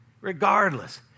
Regardless